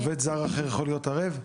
עובד זר אחר יכול להיות ערב?